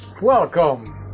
Welcome